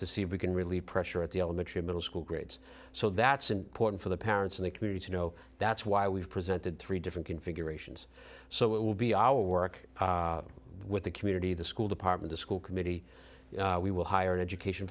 to see if we can relieve pressure at the elementary or middle school grades so that's important for the parents and the community to know that's why we've presented three different configurations so it will be our work with the community the school department a school committee we will hire an education